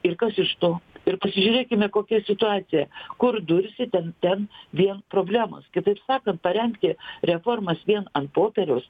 ir kas iš to ir pasižiūrėkime kokia situacija kur dursi ten ten vien problemos kitaip sakant parengti reformas vien ant popieriaus